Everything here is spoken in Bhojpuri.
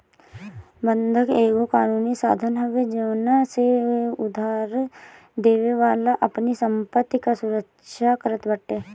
बंधक एगो कानूनी साधन हवे जवना से उधारदेवे वाला अपनी संपत्ति कअ सुरक्षा करत बाटे